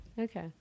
Okay